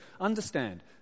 understand